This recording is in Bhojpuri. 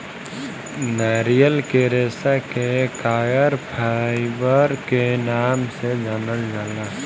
नारियल के रेशा के कॉयर फाइबर के नाम से जानल जाला